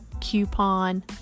Coupon